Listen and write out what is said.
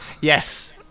Yes